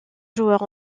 joueurs